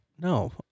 no